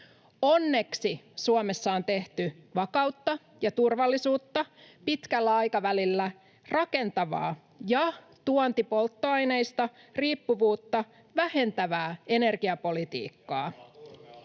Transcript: Onneksi Suomessa on tehty vakautta ja turvallisuutta pitkällä aikavälillä rakentavaa ja tuontipolttoaineista riippuvuutta vähentävää energiapolitiikkaa